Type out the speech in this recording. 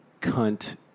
Cunt